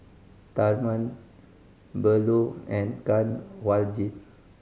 Tharman Bellur and Kanwaljit